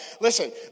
Listen